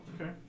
Okay